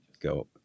Go